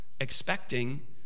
Expecting